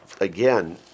again